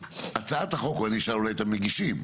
הצעת החוק, אשאל אולי את המגישים,